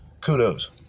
Kudos